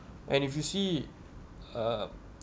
and if you see uh